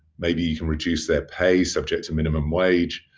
maybe you can reduce their pay, subject to minimum wage.